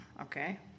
okay